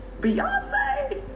beyonce